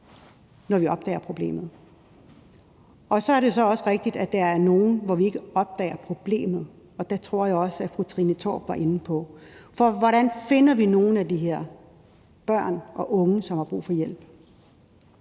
når vi opdager problemet. Så er det også rigtigt, at der er nogle tilfælde, hvor vi ikke opdager problemet, og det tror jeg også fru Trine Torp var inde på. For hvordan finder vi nogle af de her børn og unge, som har brug for hjælp?